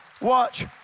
Watch